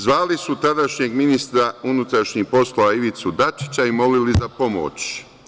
Zvali su tadašnjeg ministra unutrašnjih poslova Ivicu Dačića i molili za pomoć.